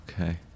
okay